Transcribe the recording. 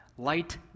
Light